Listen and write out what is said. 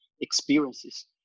experiences